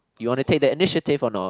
you wanna take that initiative or not